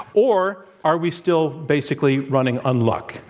or are we still basically running on luck.